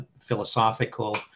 philosophical